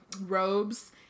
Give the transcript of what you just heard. robes